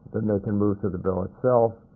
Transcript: then they can move to the bill itself.